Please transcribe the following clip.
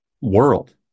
world